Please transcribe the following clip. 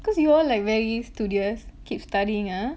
cause you all like very studious keep studying ah